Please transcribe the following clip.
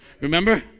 Remember